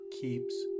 keeps